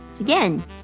again